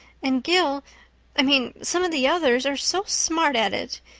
and gil i mean some of the others are so smart at it.